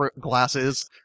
glasses